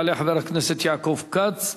יעלה חבר הכנסת יעקב כץ.